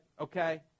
okay